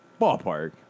Ballpark